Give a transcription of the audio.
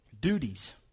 Duties